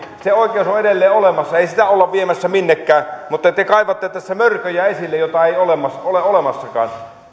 se oikeus on edelleen olemassa ei sitä olla viemässä minnekään mutta te te kaivatte tässä mörköjä esille joita ei ole olemassakaan